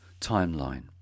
timeline